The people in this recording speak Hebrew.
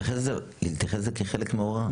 להתייחס לזה כחלק מההוראה.